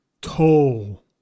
toll